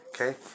Okay